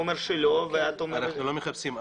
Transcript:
הוא אומר שלא ואת אומרת --- אנחנו לא מחפשים,